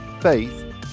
faith